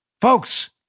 Folks